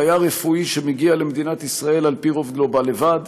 תייר רפואי שמגיע למדינת ישראל על-פי רוב לא בא לבד,